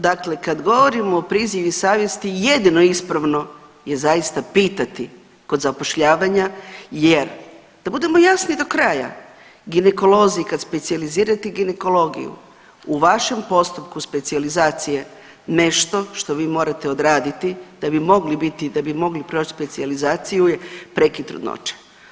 Dakle, kad govorimo o prizivu savjesti jedino ispravno je zaista pitati kod zapošljavanja jer da budemo jasni do kraja ginekolozi kad specijalizirate ginekologiju u vašem postupku specijalizacije nešto što vi morate odraditi da bi mogli biti i da bi mogli proći specijalizaciju je prekid trudnoće.